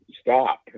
stop